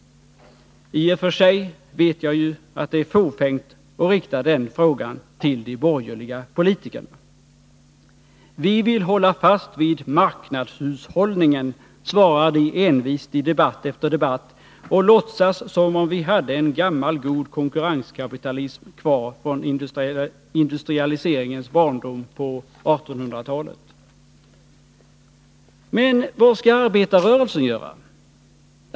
I och för sig vet jag att det är fåfängt att rikta den frågan till de borgerliga politikerna. Vi vill hålla fast vid marknadshushållningen, svarar de envist i debatt efter debatt och låtsas som om vi hade en gammal god konkurrenskapitalism kvar från industrialiseringens barndom på 1800-talet. Men vad skall arbetarrörelsen göra?